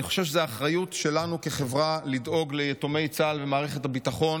אני חושב שזו האחריות שלנו כחברה לדאוג ליתומי צה"ל ומערכת הביטחון